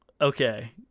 Okay